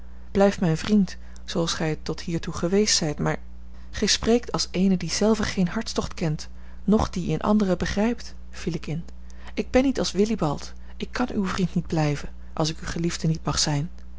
blijf mijn vriend zooals gij het tot hiertoe geweest zijt maar gij spreekt als eene die zelve geen hartstocht kent noch dien in anderen begrijpt viel ik in ik ben niet als willibald ik kan uw vriend niet blijven als ik uw geliefde niet mag zijn